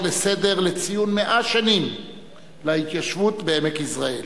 לסדר לציון 100 שנים להתיישבות בעמק יזרעאל.